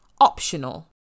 optional